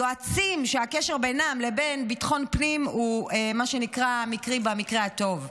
יועצים שהקשר בינם לבין ביטחון פנים הוא מה שנקרא מקרי במקרה הטוב,